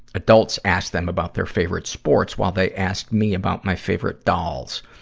adults asked them about their favorite sports, while they asked me about my favorite dolls.